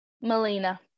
Melina